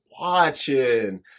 watching